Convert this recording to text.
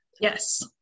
Yes